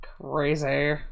crazy